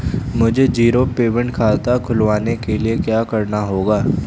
मुझे zero payment खाता खुलवाने के लिए क्या करना होगा?